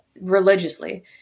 religiously